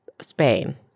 Spain